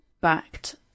backed